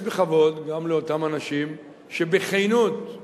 יוכל צה"ל לקבוע מי מצעירינו בני ה-18,